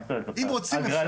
מה זאת אומרת זוכר את זה.